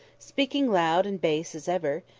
speaking loud and bass as ever,